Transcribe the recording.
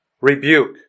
rebuke